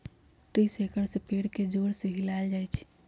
tree shaker से पेड़ के जोर से हिलाएल जाई छई